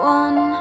one